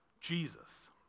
Jesus